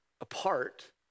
apart